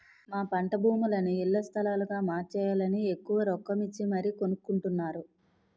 మా పంటభూములని ఇళ్ల స్థలాలుగా మార్చేయాలని ఎక్కువ రొక్కమిచ్చి మరీ కొనుక్కొంటున్నారు